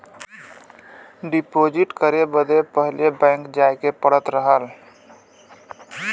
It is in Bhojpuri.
डीपोसिट करे बदे पहिले बैंक जाए के पड़त रहल